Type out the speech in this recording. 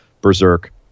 Berserk